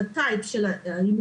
את סוג ההימורים,